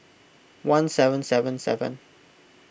one seven seven seven